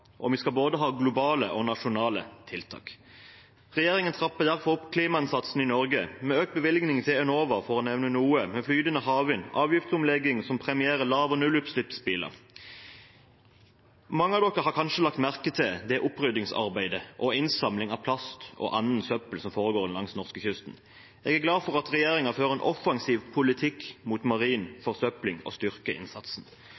og vi skal ha både globale og nasjonale tiltak. Regjeringen trapper derfor opp klimainnsatsen i Norge, med økt bevilgning til Enova, satsing på flytende havvind og en avgiftsomlegging som premierer lav- og nullutslippsbiler, for å nevne noe. Mange har kanskje lagt merke til oppryddingsarbeidet og innsamlingen av plast og annet søppel som foregår langs norskekysten. Jeg er glad for at regjeringen fører en offensiv politikk mot marin